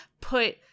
put